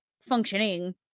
functioning